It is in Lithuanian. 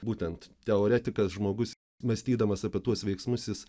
būtent teoretikas žmogus mąstydamas apie tuos veiksmus jis